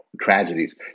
tragedies